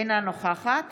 אינה נוכחת